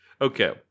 Okay